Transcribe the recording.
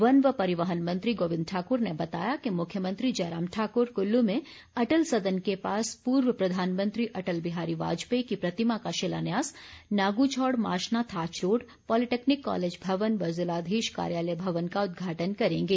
one व परिवहन मंत्री गोबिंद ठाकुर ने बताया कि मुख्यमंत्री जयराम ठाकुर कुल्लू में अटल सदन के पास पूर्व प्रधानमंत्री अटल बिहारी वाजपेयी की प्रतिमा का शिलान्यास Naguzhaur Mashna Thach road polytechnic college भवन व जिलाधीश कार्यालय भवन का उदघाटन करेंगे